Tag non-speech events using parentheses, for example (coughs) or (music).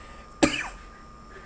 (coughs)